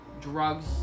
drugs